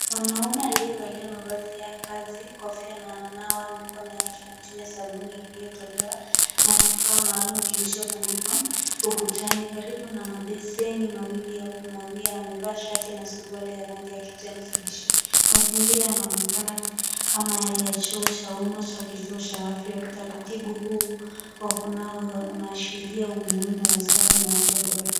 Mwanaume aliyevalia mavazi ya kazi, kofia na ananawa mikono yake na anatumia sabuni iliyotolewa na kifaa maalum kilichotundikwa ukutani karibu na mabeseni mawili ya kunawia, amevaa shati na suruali ya rangi ya kijani kibichi. Mazingira yanaonekana kama yale ya choo cha umma cha kituo cha afya. Utaratibu huu wa kunawa unaashiria umuhimu wa usafi na afya bora.